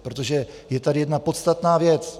Protože je tady jedna podstatná věc.